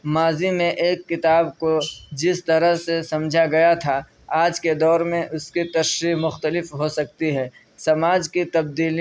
ماضی میں ایک کتاب کو جس طرح سے سمجھا گیا تھا آج کے دور میں اس کی تشریح مختلف ہو سکتی ہے سماج کی تبدیلی